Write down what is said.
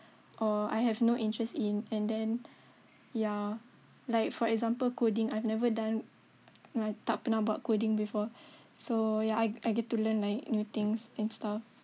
or I have no interest in and then ya like for example coding I've never done tak pernah buat coding before so yeah I I get to learn like new things and stuff